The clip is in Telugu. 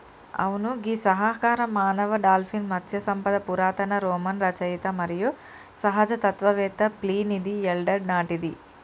అవును గీ సహకార మానవ డాల్ఫిన్ మత్స్య సంపద పురాతన రోమన్ రచయిత మరియు సహజ తత్వవేత్త ప్లీనీది ఎల్డర్ నాటిది